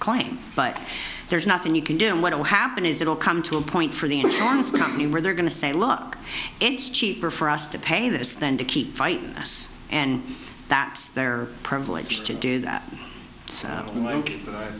claim but there's nothing you can do and what will happen is it will come to a point for the insurance company where they're going to say look it's cheaper for us to pay this then to keep fighting us and that's their privilege to do that